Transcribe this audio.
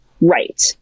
right